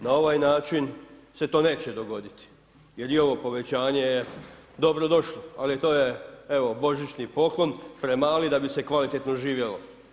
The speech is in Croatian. Na ovaj način se to neće dogoditi jer i ovo povećanje je dobro došlo, ali to je evo božićni poklon premali da bi se kvalitetno živjelo.